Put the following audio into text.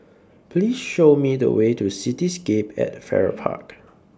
Please Show Me The Way to Cityscape At Farrer Park